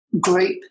group